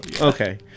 Okay